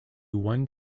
one